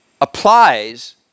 applies